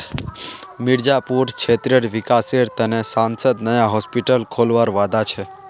मिर्जापुर क्षेत्रेर विकासेर त न सांसद नया हॉस्पिटल खोलवार वादा छ